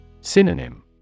Synonym